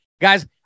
Guys